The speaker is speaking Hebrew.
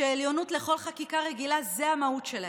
שעליונות לכל חקיקה רגילה זה המהות שלהם.